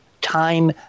time